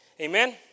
Amen